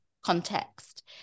context